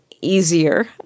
easier